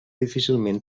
difícilment